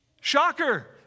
Shocker